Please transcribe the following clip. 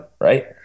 right